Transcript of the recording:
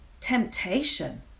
temptation